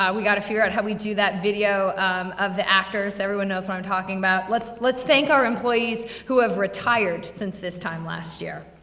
yeah we gotta figure out how we do that video of the actors, everyone knows what i'm talking about. let's let's thank our employees who have retired since this time last year.